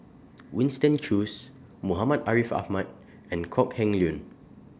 Winston Choos Muhammad Ariff Ahmad and Kok Heng Leun